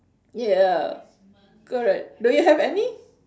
yeah correct do you have any